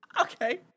Okay